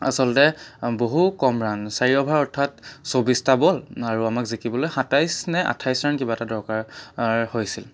আচলতে বহু কম ৰান চাৰি অভাৰ অৰ্থাত চৌব্বিছটা বল আৰু আমাক জিকিবলৈ সাতাইছ নে আঠাইছ ৰান কিবা এটা দৰকাৰ হৈছিল